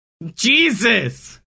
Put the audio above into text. Jesus